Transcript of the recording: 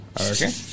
Okay